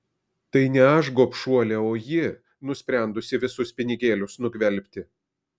tai ne aš gobšuolė o ji nusprendusi visus pinigėlius nugvelbti